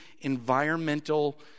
environmental